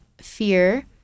fear